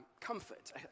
comfort